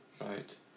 Right